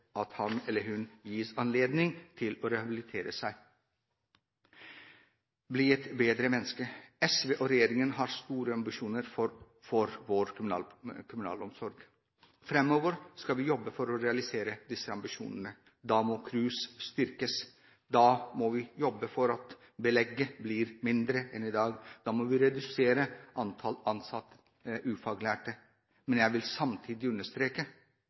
at han eller hun gis anledning til å rehabilitere seg, bli et bedre menneske. SV og regjeringen har store ambisjoner for vår kriminalomsorg. Framover skal vi jobbe for å realisere disse ambisjonene. Da må KRUS styrkes. Da må vi jobbe for at belegget blir mindre enn i dag. Da må vi redusere antall ansatte som er ufaglærte. Men jeg vil samtidig understreke